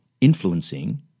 influencing